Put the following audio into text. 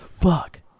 fuck